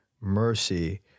mercy